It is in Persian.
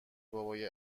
بابای